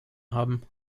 haben